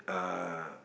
uh